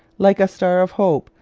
like a star of hope,